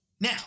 Now